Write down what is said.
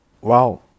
Wow